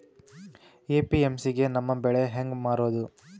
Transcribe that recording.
APMC ಗೆ ನಮ್ಮ ಬೆಳಿ ಹೆಂಗ ಮಾರೊದ?